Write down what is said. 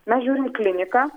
mes žiūrim į kliniką